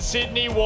Sydney